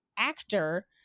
Actor